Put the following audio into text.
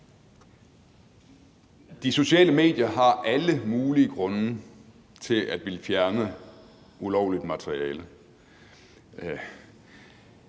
De sociale medier har alle mulige grunde til at ville fjerne ulovligt materiale.